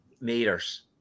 meters